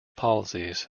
policies